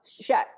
shut